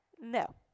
No